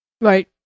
Right